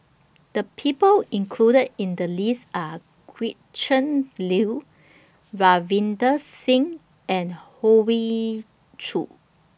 The People included in The list Are Gretchen Liu Ravinder Singh and Hoey Choo